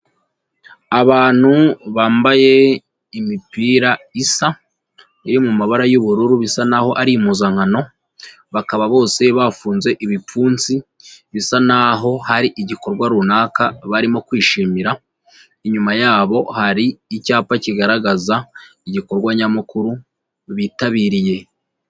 Abantu bambaye imipira isa, iri mu mabara y'ubururu bisa n'aho ari impuzankano, bakaba bose bafunze ibipfunsi, bisa n'aho hari igikorwa runaka barimo kwishimira, inyuma yabo hari icyapa kigaragaza igikorwa nyamukuru bitabiriye.